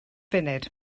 funud